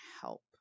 help